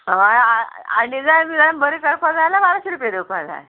हय आनी जाय जाल्यार बरें करपा जाय जाल्यार बाराशें रुपया दिवपाक जाय